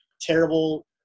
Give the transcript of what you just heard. terrible